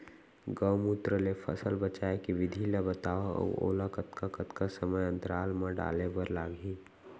गौमूत्र ले फसल बचाए के विधि ला बतावव अऊ ओला कतका कतका समय अंतराल मा डाले बर लागही?